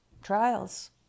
Trials